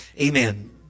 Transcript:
amen